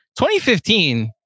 2015